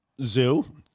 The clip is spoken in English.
zoo